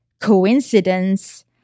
coincidence